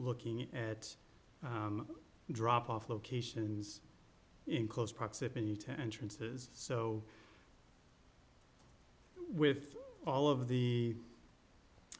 looking at the drop off locations in close proximity to entrances so with all of the